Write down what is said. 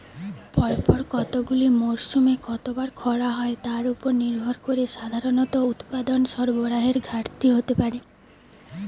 পরপর কতগুলি মরসুমে কতবার খরা হয় তার উপর নির্ভর করে সাধারণত উৎপাদন সরবরাহের ঘাটতি হতে পারে